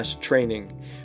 training